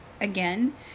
again